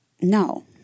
No